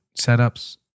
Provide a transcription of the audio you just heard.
setups